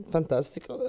Fantastico